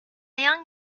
young